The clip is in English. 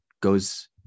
goes